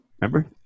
Remember